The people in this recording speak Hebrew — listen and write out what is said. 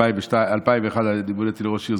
אז מוניתי לראש עיר,